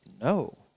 No